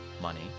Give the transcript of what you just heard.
money